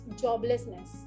joblessness